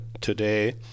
today